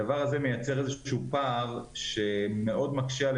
הדבר הזה מייצר איזה שהוא פער שמאוד מקשה על